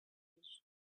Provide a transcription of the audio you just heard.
bridge